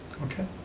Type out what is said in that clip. okay,